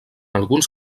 alguns